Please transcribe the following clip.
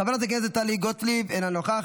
חברת הכנסת אימאן ח'טיב יאסין,